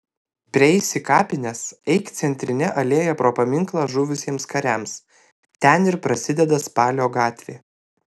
prieisi kapines eik centrine alėja pro paminklą žuvusiems kariams ten ir prasideda spalio gatvė